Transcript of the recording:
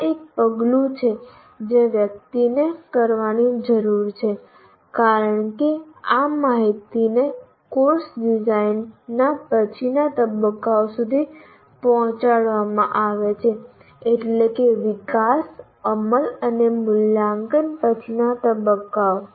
આ એક પગલું છે જે વ્યક્તિએ કરવાની જરૂર છે કારણ કે આ માહિતીને કોર્સ ડિઝાઇનના પછીના તબક્કાઓ સુધી પહોંચાડવામાં આવે છે એટલે કે વિકાસ અમલ અને મૂલ્યાંકન પછીના તબક્કાઓ